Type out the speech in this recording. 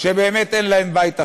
שבאמת אין להם בית אחר,